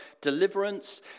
deliverance